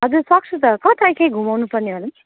हजुर सक्छु त कता के घुमाउनुपर्ने हो